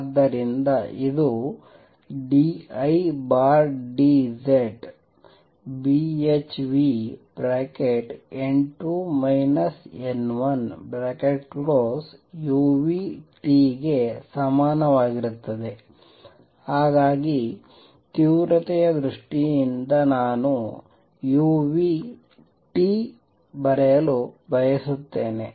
ಆದ್ದರಿಂದ ಇದು d I d Z Bhνn2 n1uT ಗೆ ಸಮಾನವಾಗಿರುತ್ತದೆ ಹಾಗಾಗಿ ತೀವ್ರತೆಯ ದೃಷ್ಟಿಯಿಂದ ನಾನು uT ಬರೆಯಲು ಬಯಸುತ್ತೇನೆ